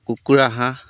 কুকুৰা হাঁহ